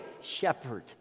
shepherd